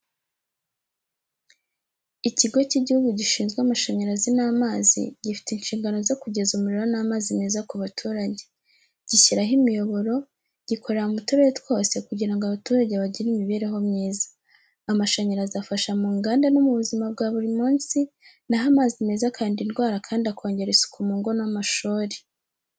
Ikigo cy'igihugu gishinzwe amashanyarazi n’amazi gifite inshingano zo kugeza umuriro n’amazi meza ku baturage. Gishyiraho imiyoboro, gikorera mu turere twose kugira ngo abaturage bagire imibereho myiza. Amashanyarazi afasha mu nganda no mu buzima bwa buri munsi, na ho amazi meza akarinda indwara kandi akongera isuku mu ngo n’amashuri.